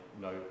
no